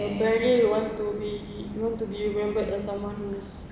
and apparently we want to be we want to be remembered as someone who's